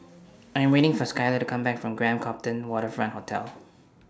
I Am waiting For Skyler to Come Back from Grand Copthorne Waterfront Hotel